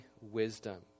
wisdom